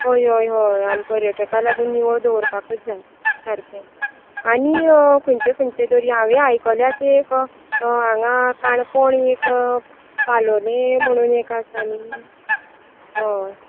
हय हय हय आमी पर्यटकांक लागून निवळ दवरपाकूच जाय सारकें आनी अं खंयचें खंयचें दर्या हांवें आयकल्यात ते एक हांगा काणकोण एक पाळोळें म्हणून एक आसा न्ही हय